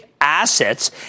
assets